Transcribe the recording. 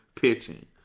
pitching